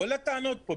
כל הטענות פה,